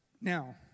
Now